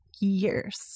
years